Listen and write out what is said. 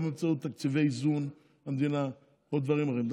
או באמצעות תקציבי איזון מהמדינה או בדברים אחרים.